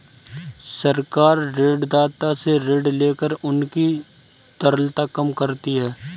सरकार ऋणदाता से ऋण लेकर उनकी तरलता कम करती है